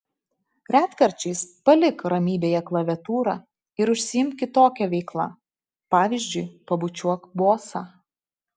retkarčiais palik ramybėje klaviatūrą ir užsiimk kitokia veikla pavyzdžiui pabučiuok bosą